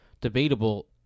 debatable